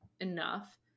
enough